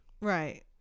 Right